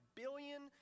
billion